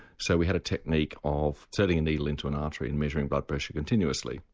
so we had a technique of inserting a needle into an artery and measuring blood pressure continuously.